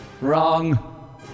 Wrong